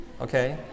Okay